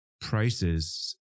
prices